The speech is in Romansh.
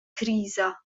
crisa